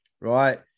right